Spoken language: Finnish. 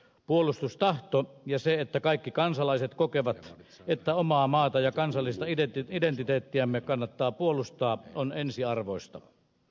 puolustustahto ja se että kaikki kansalaiset kokevat että omaa maata ja kansallista identiteettiämme kannattaa puolustaa on ensiarvoista